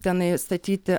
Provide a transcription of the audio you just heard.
tenai statyti